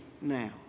now